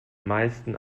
meisten